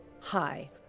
Hi